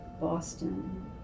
Boston